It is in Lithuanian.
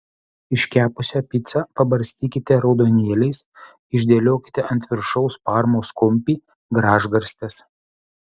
iškepusią picą pabarstykite raudonėliais išdėliokite ant viršaus parmos kumpį gražgarstes